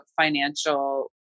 financial